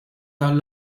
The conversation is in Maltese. dawn